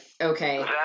okay